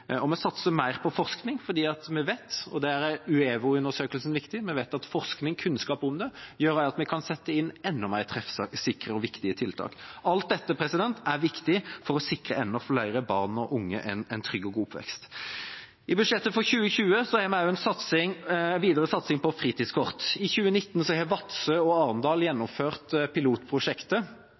hjelpetelefon. Vi satser mer på forskning – og der er UEVO-undersøkelsen viktig – fordi vi vet at forskning, kunnskap, gjør at vi kan sette inn enda mer treffsikre og viktige tiltak. Alt dette er viktig for å sikre enda flere barn og unge en trygg og god oppvekst. I budsjettet for 2020 har vi også en videre satsing på fritidskort. I 2019 har Vadsø og Arendal gjennomført pilotprosjektet.